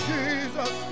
Jesus